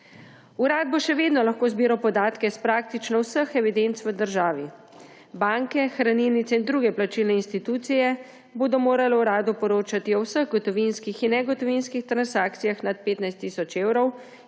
Urad bo še vedno lahko zbiral podatke iz praktično vseh evidenc v državi. Banke, hranilnice in druge plačilne institucije bodo morale uradu poročati o vseh gotovinskih in negotovinskih transakcijah nad 15 tisoč evrov,